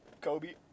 Kobe